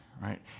right